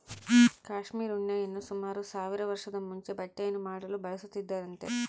cashmere ಉಣ್ಣೆಯನ್ನು ಸುಮಾರು ಸಾವಿರ ವರ್ಷದ ಮುಂಚೆ ಬಟ್ಟೆಯನ್ನು ಮಾಡಲು ಬಳಸುತ್ತಿದ್ದರಂತೆ